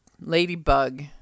ladybug